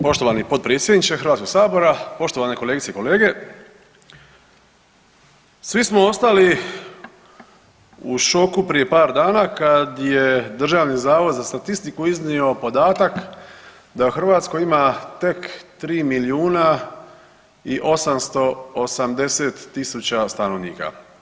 Poštovani potpredsjedniče Hrvatskog sabora, poštovane kolegice i kolege svi smo ostali u šoku prije par dana kad je Hrvatski zavod za statistiku iznio podatak da u Hrvatskoj ima tek 3 milijuna i 880 000 stanovnika.